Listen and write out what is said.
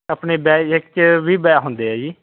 ਆਪਣੇ ਬੈਜ ਇਕ ਵੀਹ ਬੈ ਹੁੰਦੇ ਆ ਜੀ